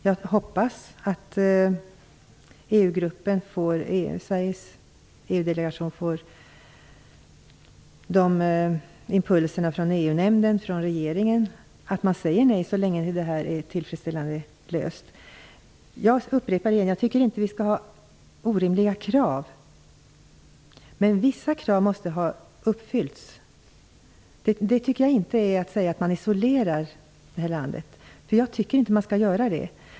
Jag hoppas att Sveriges EU-delegation får sådana impulser från EU-nämnden och från regeringen att man säger nej så länge frågan inte är tillfredsställande löst. Jag upprepar att jag inte tycker att vi skall ställa orimliga krav, men vissa krav måste ha uppfyllts. Det innebär inte att man isolerar landet. Jag tycker inte att man skall göra det.